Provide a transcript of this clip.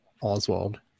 Oswald